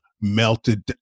melted